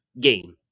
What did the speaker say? game